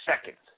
seconds